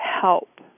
help